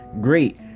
great